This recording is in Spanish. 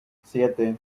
siete